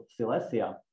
Silesia